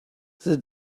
that